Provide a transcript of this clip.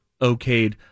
okayed